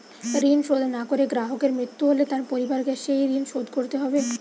ঋণ শোধ না করে গ্রাহকের মৃত্যু হলে তার পরিবারকে সেই ঋণ শোধ করতে হবে?